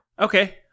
okay